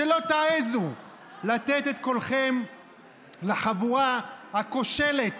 שלא תעזו לתת את קולכם לחבורה הכושלת